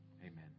Amen